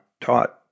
taught